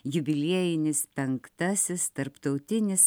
jubiliejinis penktasis tarptautinis